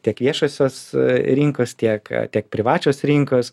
tiek viešosios rinkos tiek tiek privačios rinkos